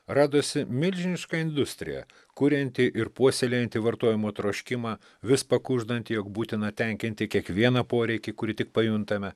radosi milžiniška industrija kurianti ir puoselėjanti vartojimo troškimą vis pakuždant jog būtina tenkinti kiekvieną poreikį kurį tik pajuntame